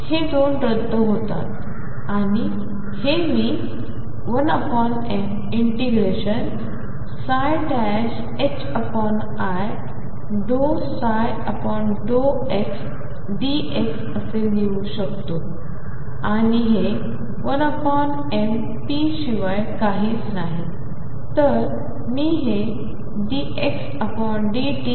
हे दोन रद्द होतात आणि मी हे 1mi ∂ψ∂xdx असे लिहू शकतो आणि हे 1m⟨p शिवाय काहीच नाही